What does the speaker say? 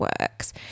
works